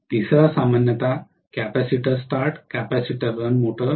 तिसरा सामान्यतः capacitor start capacitor run motor